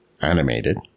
Animated